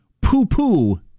poo-poo